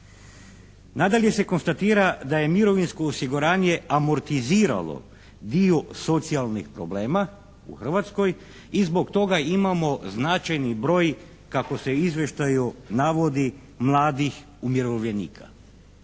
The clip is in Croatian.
Nadalje se konstatira da je mirovinsko osiguranje amortiziralo dio socijalnih problema u Hrvatskoj i zbog toga imamo značajni broj, kako se u izvještaju navodi, mladih umirovljenika.